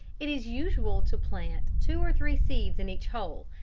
it is usual to plant two or three seeds in each hole,